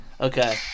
Okay